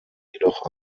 jedoch